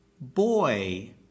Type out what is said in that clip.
Boy